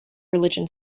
religion